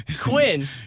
Quinn